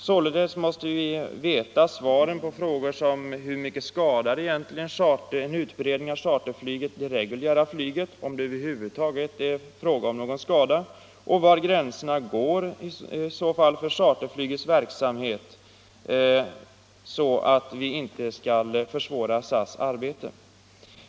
Således måste vi veta svaren på frågorna hur en utbredning av charterflyget egentligen skadar det reguljära flyget, om man över huvud taget kan tala om någon skada, och var gränserna i så fall går för charterflygets verksamhet så att vi inte skall försvåra SAS arbete.